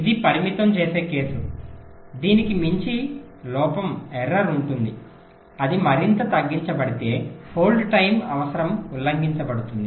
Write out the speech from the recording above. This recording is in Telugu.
ఇది పరిమితం చేసే కేసు దీనికి మించి లోపం ఉంటుంది అది మరింత తగ్గించబడితే హోల్డ్ టైమ్ అవసరం ఉల్లంఘించబడుతుంది